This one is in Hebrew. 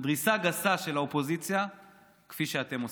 גסה של האופוזיציה כפי שאתם עושים.